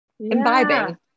imbibing